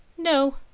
no.